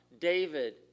David